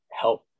help